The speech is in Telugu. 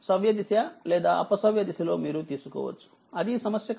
సవ్య దిశ లేదా అపసవ్యదిశ లో మీరు తీసుకోవచ్చు అది సమస్య కాదు